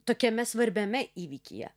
tokiame svarbiame įvykyje